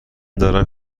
دارم